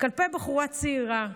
כלפי בחורה צעירה.